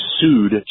sued